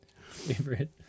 favorite